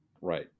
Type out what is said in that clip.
Right